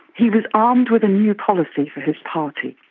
he was armed with a new policy for his party.